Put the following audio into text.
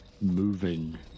moving